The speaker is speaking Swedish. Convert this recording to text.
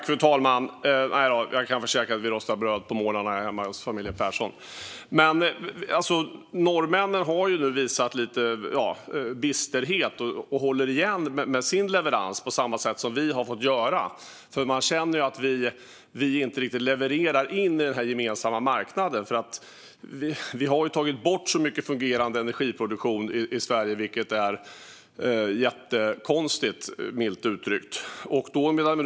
Fru talman! Nej då, jag kan försäkra att vi rostar bröd på morgnarna hemma hos familjen Pehrson. Norrmännen har dock visat lite bisterhet nu; de håller igen med sin leverans på samma sätt som vi har fått göra. Man känner nämligen att vi inte riktigt levererar in i den gemensamma marknaden eftersom vi har tagit bort så mycket fungerande energiproduktion i Sverige - vilket, milt uttryckt, är jättekonstigt.